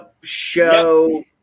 show